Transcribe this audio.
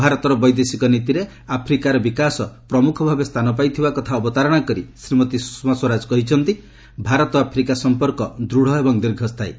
ଭାରତର ବୈଦେଶିକ ନୀତିରେ ଆଫ୍ରିକାର ବିକାଶ ପ୍ରମୁଖ ଭାବେ ସ୍ଥାନ ପାଇଥିବା କଥା ଅବତାରଣା କରି ଶ୍ରୀମତୀ ସ୍ୱରାଜ କହିଛନ୍ତି ଭାରତ ଆଫ୍ରିକା ସଂପର୍କ ଦୂଢ଼ ଏବଂ ଦୀର୍ଘସ୍ଥାୟୀ